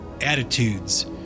attitudes